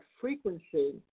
frequency